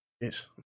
Yes